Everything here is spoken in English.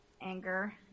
Anger